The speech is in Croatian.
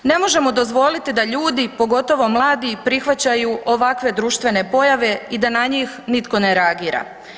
Ne možemo dozvoliti da ljudi, pogotovo mladi, prihvaćaju ovakve društvene pojave i da na njih nitko ne reagira.